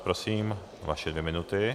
Prosím, vaše dvě minuty.